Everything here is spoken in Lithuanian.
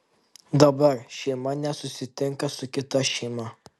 dabar šeima nesusitinka su kita šeima